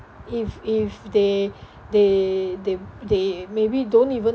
if if they they they they maybe don't even